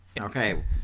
Okay